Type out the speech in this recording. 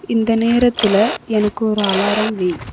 இந்த நேரத்தில் எனக்கு ஒரு அலாரம் வை